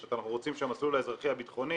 פשוט אנחנו רוצים שהמסלול האזרחי הביטחוני